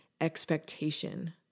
expectation